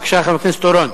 בבקשה, חבר הכנסת חיים אורון.